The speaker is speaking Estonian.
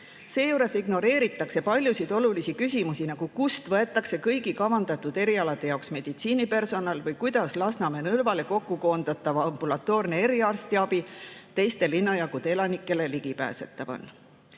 Seejuures ignoreeritakse paljusid olulisi küsimusi, nagu kust võetakse kõigi kavandatud erialade jaoks meditsiinipersonal või kuidas Lasnamäe nõlvale kokku koondatav ambulatoorne eriarstiabi teiste linnajagude elanikele ligipääsetav on.